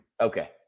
Okay